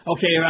Okay